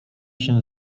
się